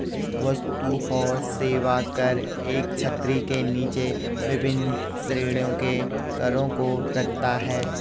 वस्तु और सेवा कर एक छतरी के नीचे विभिन्न श्रेणियों के करों को रखता है